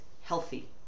healthy